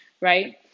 right